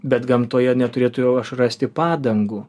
bet gamtoje neturėtų jau aš rasti padangų